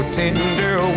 tender